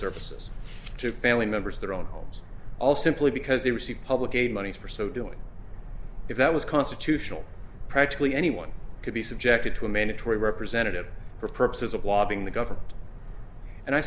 services to family members of their own homes all simply because they receive public aid money for so doing if that was constitutional practically anyone could be subjected to a mandatory representative for purposes of being the government and i